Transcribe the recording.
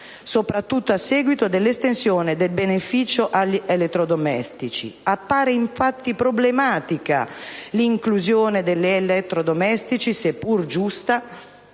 soprattutto a seguito dell'estensione del beneficio agli elettrodomestici. Appare infatti problematica l'inclusione degli elettrodomestici, seppur giusta,